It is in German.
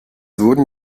wurden